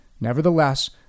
Nevertheless